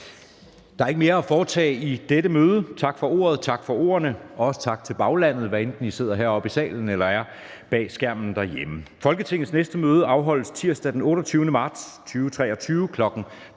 Der er ikke mere at foretage i dette møde. Tak for ordet, tak for ordene, og også tak til baglandet, hvad enten I sidder her oppe på tilhørerpladserne eller bag skærmen derhjemme. Folketingets næste møde afholdes tirsdag den 28. marts 2023, kl.